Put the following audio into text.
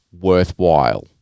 worthwhile